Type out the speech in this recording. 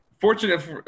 fortunate